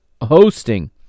hosting